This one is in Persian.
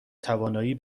توانایی